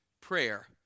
prayer